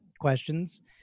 questions